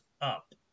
up